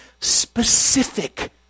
specific